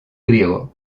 griego